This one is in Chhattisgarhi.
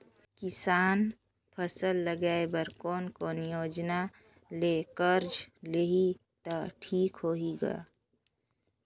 किसान फसल लगाय बर कोने कोने योजना ले कर्जा लिही त ठीक होही ग?